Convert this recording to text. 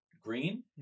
Green